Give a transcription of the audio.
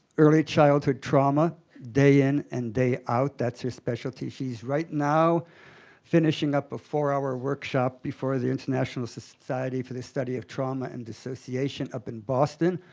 early childhood trauma day-in and day-out, that's her specialty. she's right now finishing up four hour workshop before the international society for the study of trauma and dissociation up in boston.